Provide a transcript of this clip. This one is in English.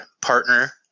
partner